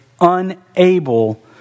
unable